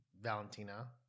Valentina